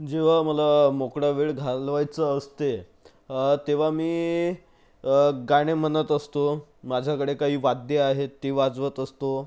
जेव्हा मला मोकळा वेळ घालवायचा असते तेव्हा मी गाणे म्हणत असतो माझ्याकडे काही वाद्यं आहेत ती वाजवत असतो